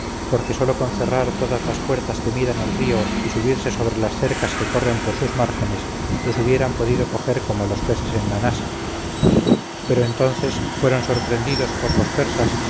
porque sólo con cerrar todas las puertas que miran al río y subirse sobre las cercas que corren por sus márgenes los hubieran podido coger como a los peces en la nasa pero entonces fueron sorprendidos por los persas